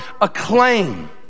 acclaim